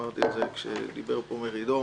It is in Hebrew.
אמרתי את זה כאשר דיבר פה מרידור.